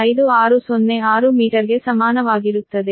05606 ಮೀಟರ್ಗೆ ಸಮಾನವಾಗಿರುತ್ತದೆ